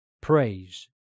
Praise